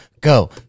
go